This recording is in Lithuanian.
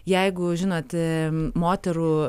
jeigu žinot moterų